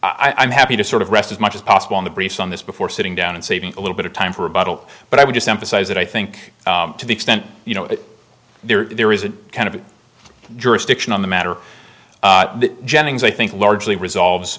i'm happy to sort of rest as much as possible in the briefs on this before sitting down and saving a little bit of time for a battle but i would just emphasize that i think to the extent you know that there is a kind of jurisdiction on the matter jennings i think largely resolves